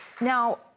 Now